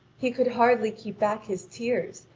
he could hardly keep back his tears,